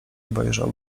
obejrzał